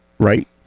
Right